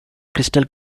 crystal